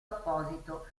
apposito